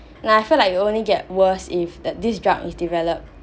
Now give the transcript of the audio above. and I feel like it'll only get worse if that this drug is developed